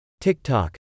TikTok